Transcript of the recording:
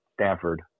Stanford